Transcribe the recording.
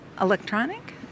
Electronic